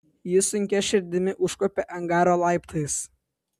jis sunkia širdimi užkopė angaro laiptais